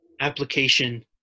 application